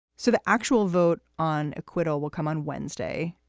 so the actual vote on acquittal will come on wednesday.